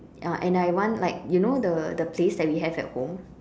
uh and I want like you know the the place that we have at home